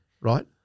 Right